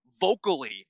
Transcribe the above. vocally